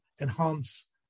enhance